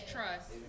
Trust